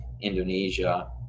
Indonesia